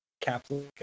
Catholic